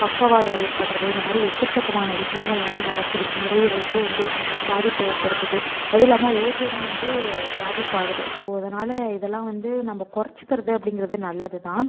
பக்கவாதம் ஏற்படுகிறது இந்த மாதிரி எக்கச்சக்கமான விஷயங்கள் வந்து நடக்குது நுரையீரலுக்கும் வந்து பாதிப்பை ஏற்படுத்துது அதுவும் இல்லாமல் ஓசோனும் வந்து பாதிப்பாகுது ஸோ அதனால் இதெல்லாம் வந்து நம்ப குறச்சிக்கிறது அப்படிங்கிறது நல்லது தான்